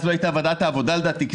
אז לא הייתה ועדת העבודה לדעתי,